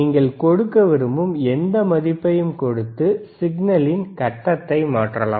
நீங்கள் கொடுக்க விரும்பும் எந்த மதிப்பையும் கொடுத்து சிக்னலின் கட்டத்தை மாற்றலாம்